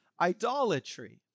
idolatry